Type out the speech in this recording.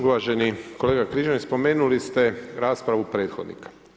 Uvaženi kolega Križanić, spomenuli ste raspravu prethodnika.